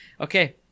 Okay